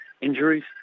injuries